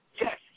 Yes